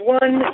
one